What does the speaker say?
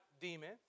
demon